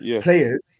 players